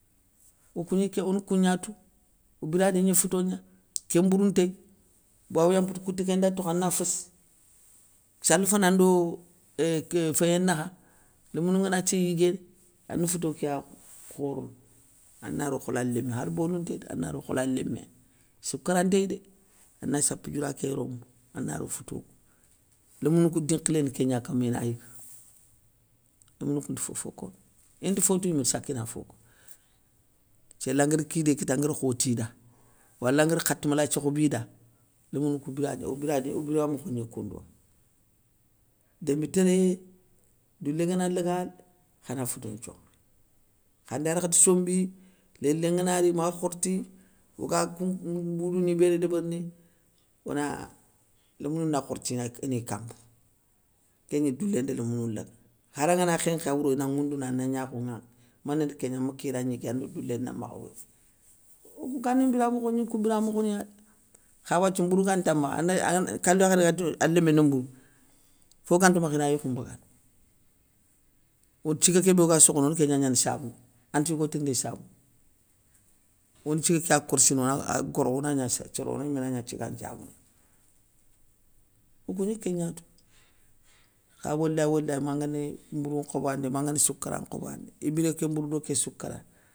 Okou gni ké ona kougna tou, o biradi gni fouto gna, ké mbourou ntéy bawouya mpoute kouté kén nda tokho ana féssi, sali fana ndo, éeuuhh ké féyé nakha, lémounou ngana tiye yiguéné, ane fouto kéya khorono ana ro hola lémé khar bolou ntéy dé, ana ro hola lémé, soukara ntéy dé, ana sappe dioura ké yorombo, ana ro fouto kou. Lémounou kou dinkhiléna ké gna kama ina yiga, lomounou kounte fofo kono, inte fotou yimé saki na foko. Séla nguér kidé kita angar khoti da, wala ngar khati malathié khobi da, lémounou kou biradi, o boradi o biramokho gni koundouwa; démbi téré, doulé ngana laga, khana fouto nthioro, khanda yarkhata sombi lélé ngana ri mague khorti oga koun mbourouni béni débérini, lémounou na khorti ina inak ini kambou, kégni doulé nda lémounou laga, khara ngana khénkhéya wouro ina ŋwoundouna ana gnakho nŋwankhi, mané ndi kégna, ma kira gniguéya ndo doulé na makha wouyi. Okou gani mbira mokhoni gni kou biramokhoniya dé, kha wathia mbourou ganta makha, ane kalou yakharé adou a lémé na mbou fo ganta makha ina a yokou mbagandi. Od thiga kébé oga sokhono, one kéngna gnana sabouné, ante yigo tirindini sabouné, one thiga kéya korssini ona agoro ona gna sa thioro oyimé ni na gna thigan nthiabouné. Okou gni kégna tou, kha walay walay manga ni mbourou nkhobo ani dé mangani soukara nkhobo ani dé, i biré ké mbourou do ké soukara ane.